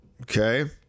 okay